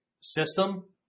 system